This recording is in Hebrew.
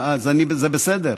זה בסדר.